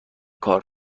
کار